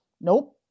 Nope